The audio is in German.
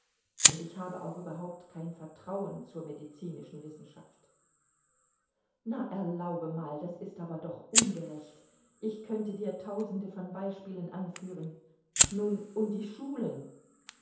und ich habe auch überhaupt kein vertrauen zur medizinischen wissenschaft na erlaube mal das ist aber doch ungerecht ich könnte dir tausende von beispielen anführen nun und die schulen